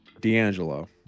D'Angelo